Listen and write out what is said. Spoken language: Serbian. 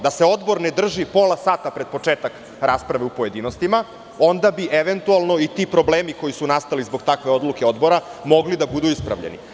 Da se odbor ne drži posla sata pred početak rasprave u pojedinostima, onda bi eventualno i ti problemi, koji su nastali zbog takve odluke odbora, mogli da budu ispravljeni.